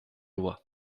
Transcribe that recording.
lois